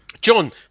John